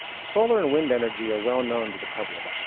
solar and wind energy are well known to the public.